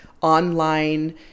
online